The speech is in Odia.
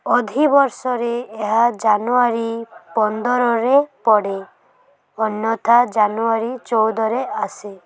ଅଧିବର୍ଷରେ ଏହା ଜାନୁୟାରୀ ପନ୍ଦରରେ ପଡ଼େ ଅନ୍ୟଥା ଜାନୁୟାରୀ ଚଉଦରେ ଆସେ